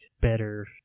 better